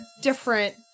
different